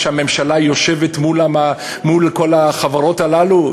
שהממשלה יושבת מול כל החברות הללו?